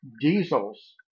diesels